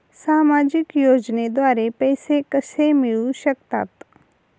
सामाजिक योजनेद्वारे पैसे कसे मिळू शकतात?